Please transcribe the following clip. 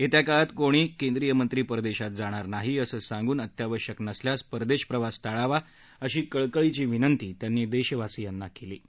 येत्या काळात कोणीही केंद्रीयमंत्री परदेशात जाणार नाही असं सांगून अत्यावश्यक नसल्यास परदेश प्रवास टाळावा अशी कळकळीची विनंती त्यांनी देशवासीयांनाही केली आहे